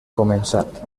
començat